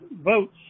votes